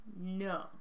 No